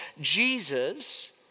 Jesus